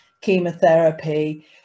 chemotherapy